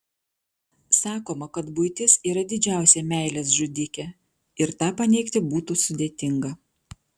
sakoma kad buitis yra didžiausia meilės žudikė ir tą paneigti būtų sudėtinga